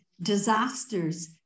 disasters